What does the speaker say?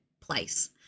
place